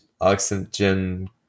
oxygen